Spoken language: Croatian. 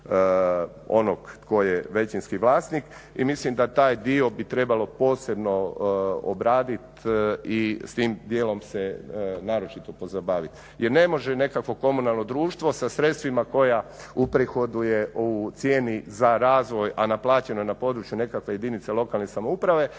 onog tko je većinski vlasnik i mislim da taj dio bi trebalo posebno obraditi i s tim dijelom se naročito pozabaviti. Jer ne može nekakvo komunalno društvo sa sredstvima koja uprihoduje u cijeni za razvoj, a naplaćeno je na području nekakve jedinice lokalne samouprave